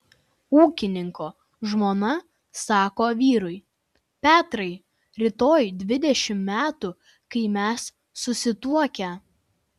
ūkininko žmona sako vyrui petrai rytoj dvidešimt metų kai mes susituokę